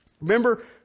Remember